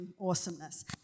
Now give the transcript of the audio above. awesomeness